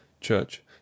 church